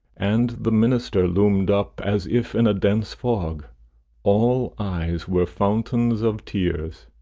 and the minister loomed up, as if in a dense fog all eyes were fountains of tears.